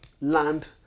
land